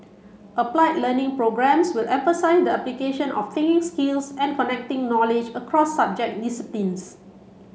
applied learning programmes will emphasise the application of thinking skills and connecting knowledge across subject disciplines